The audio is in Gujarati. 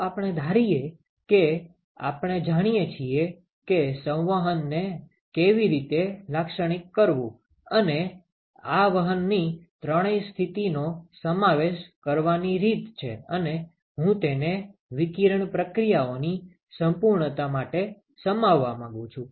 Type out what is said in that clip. ચાલો આપણે ધારીએ કે આપણે જાણીએ છીએ કે સંવહનને કેવી રીતે લાક્ષણિક કરવું અને આ વહનની ત્રણેય સ્થિતિનો સમાવેશ કરવાની રીત છે અને હું તેને વિકિરણ પ્રક્રિયાઓની સંપૂર્ણતા માટે સમાવવા માંગું છું